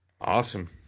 Awesome